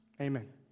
Amen